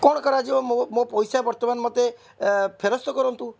କ'ଣ କରାଯିବା ମୁଁ ମୋ ପଇସା ବର୍ତ୍ତମାନ ମୋତେ ଫେରସ୍ତ କରନ୍ତୁ